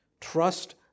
Trust